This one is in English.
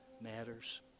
matters